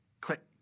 click